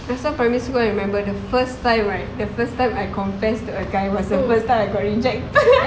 just now primary school I remember the first time right the first time I confessed to a guy first time I got rejected